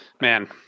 man